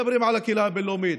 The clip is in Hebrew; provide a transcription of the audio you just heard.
אם מדברים על הקהילה הבין-לאומית,